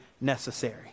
necessary